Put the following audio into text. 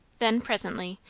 then presently,